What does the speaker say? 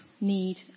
need